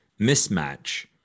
mismatch